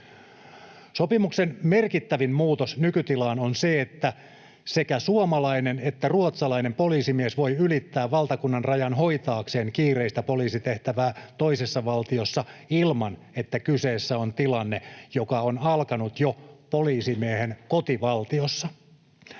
Sopimuksen merkittävin muutos nykytilaan on se, että sekä suomalainen että ruotsalainen poliisimies voi ylittää valtakunnanrajan hoitaakseen kiireistä poliisitehtävää toisessa valtiossa ilman, että kyseessä on tilanne, joka on alkanut jo poliisimiehen kotivaltiossa.